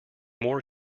more